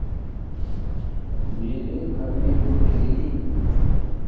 मेरे घर में जो बिजली